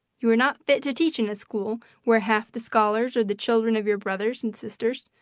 you are not fit to teach in a school where half the scholars are the children of your brothers and sisters,